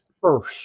First